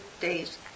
days